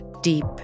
deep